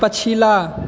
पछिला